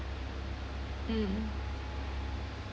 mm